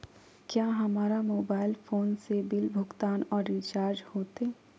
क्या हमारा mobile phone से बिल भुगतान और रिचार्ज होते?